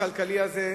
המצב הכלכלי הזה,